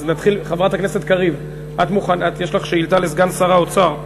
חברת הכנסת קריב, יש לך שאילתה לסגן שר האוצר.